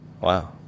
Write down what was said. Wow